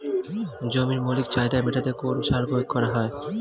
জমির মৌলিক চাহিদা মেটাতে কোন সার প্রয়োগ করা হয়?